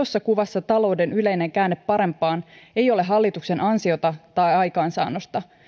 isossa kuvassa talouden yleinen käänne parempaan ei ole hallituksen ansiota tai aikaansaannosta